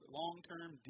long-term